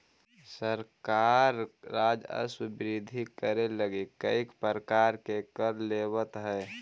सरकार राजस्व वृद्धि करे लगी कईक प्रकार के कर लेवऽ हई